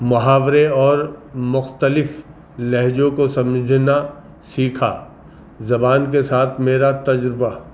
محاورے اور مختلف لہجوں کو سمجھنا سیکھا زبان کے ساتھ میرا تجربہ